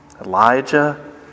Elijah